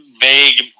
Vague